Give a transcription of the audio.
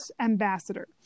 ambassador